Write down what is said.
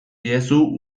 diezu